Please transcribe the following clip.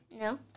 No